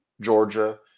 georgia